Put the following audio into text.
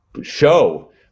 show